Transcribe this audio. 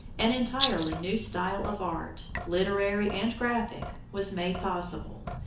an entirely new style of art, literary and graphic, was made possible,